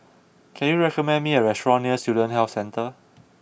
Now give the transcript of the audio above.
can you recommend me a restaurant near Student Health Centre